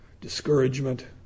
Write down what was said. discouragement